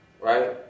Right